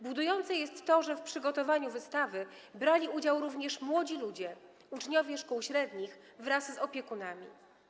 Budujące jest to, że w przygotowaniu wystawy brali udział również młodzi ludzie, uczniowie szkół średnich, wraz z opiekunami.